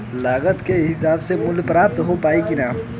लागत के हिसाब से मूल्य प्राप्त हो पायी की ना?